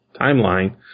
timeline